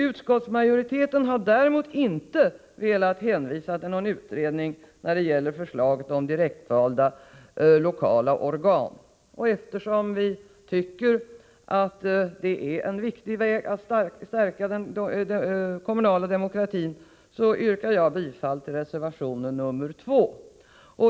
Utskottsmajoriteten har däremot inte velat hänvisa till någon utredning när det gäller förslaget om direktvalda lokala organ. Eftersom vi tycker att det är en viktig angelägenhet att stärka den kommunala demokratin yrkar jag bifall till reservation nr 2.